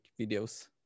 videos